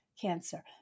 cancer